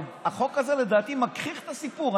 אבל החוק הזה לדעתי מגחיך את הסיפור.